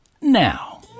now